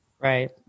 Right